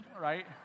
right